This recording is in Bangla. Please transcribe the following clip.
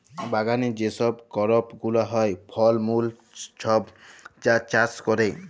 বাগালে যে ছব করপ গুলা হ্যয়, ফল মূল ছব যা চাষ ক্যরে